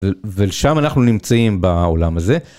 ולשם אנחנו נמצאים בעולם הזה.